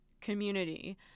community